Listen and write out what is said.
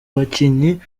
bakinnyi